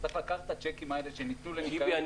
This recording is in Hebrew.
צריך לקחת את הצ'קים האלה שניתנו --- טיבי,